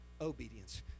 obedience